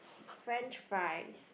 french fries